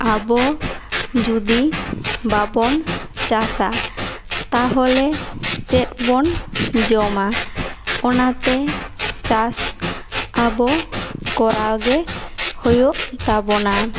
ᱟᱵᱚ ᱡᱩᱫᱤ ᱵᱟᱵᱚᱱ ᱪᱟᱥᱟ ᱛᱟᱦᱚᱞᱮ ᱪᱮᱫ ᱵᱚᱱ ᱡᱚᱢᱟ ᱚᱱᱟᱛᱮ ᱪᱟᱥ ᱟᱵᱚ ᱠᱚᱨᱟᱣ ᱜᱮ ᱦᱩᱭᱩᱜ ᱛᱟᱵᱚᱱᱟ